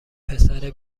پسره